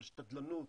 של שתדלנות